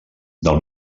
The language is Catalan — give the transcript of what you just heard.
del